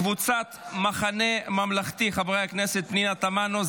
קבוצת סיעת המחנה הממלכתי: חברי הכנסת פנינה תמנו,